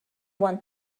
want